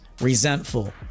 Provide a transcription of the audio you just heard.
resentful